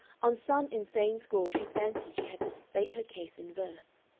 on some insane score she fancied she had to state her case in verse.